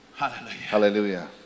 Hallelujah